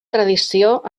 tradició